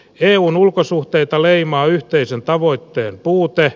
eun ulkosuhteita leimaa yhteisen tavoitteen puute